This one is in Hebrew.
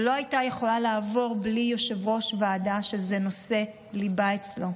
שלא הייתה יכולה לעבור בלי יושב-ראש ועדה שזה נושא ליבה אצלו,